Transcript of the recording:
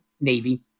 Navy